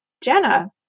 Jenna